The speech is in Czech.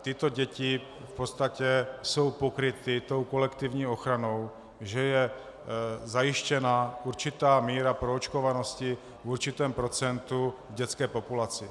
Tyto děti jsou pokryty kolektivní ochranou, že je zajištěna určitá míra proočkovanosti v určitém procentu v dětské populaci.